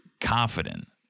confident